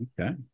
Okay